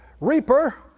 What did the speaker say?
reaper